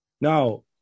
Now